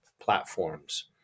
platforms